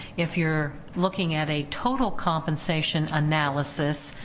if you're looking at a total compensation analysis,